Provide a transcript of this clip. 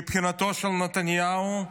מבחינתו של נתניהו,